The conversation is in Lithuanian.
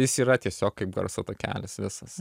jis yra tiesiog kaip garso takelis visas